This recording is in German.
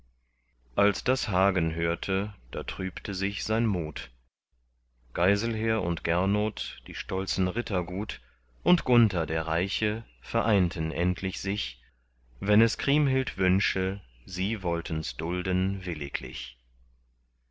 als das hagen hörte da trübte sich sein mut geiselher und gernot die stolzen ritter gut und gunther der reiche vereinten endlich sich wenn es kriemhild wünsche sie wolltens dulden